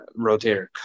rotator